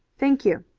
thank you,